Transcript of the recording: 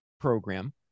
program